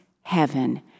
heaven